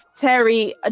terry